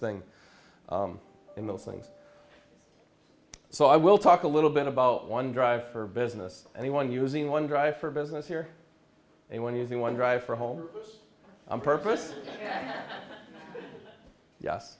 thing in those things so i will talk a little bit about one drive for business anyone using one drive for business here and when you see one drive for home use purpose yes